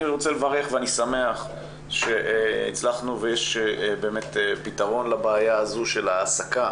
אני רוצה לברך ואני שמח שהצלחנו ויש באמת פתרון לבעיה הזו של ההעסקה